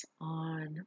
on